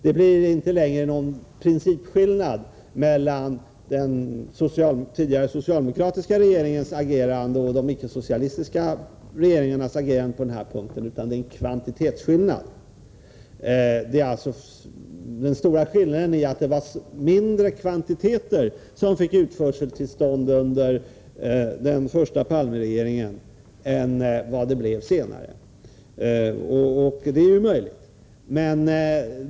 Det är inte längre någon principskillnad mellan den tidigare socialdemokratiska regeringens agerande och de icke-socialistiska regeringarnas agerande på detta område, utan det är en kvantitetsskillnad. Den stora skillnaden är alltså att det gavs utförseltillstånd för mindre kvantiteter under den tidigare Palmeregeringen än det gjordes senare.